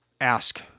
ask